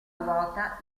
ruota